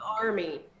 army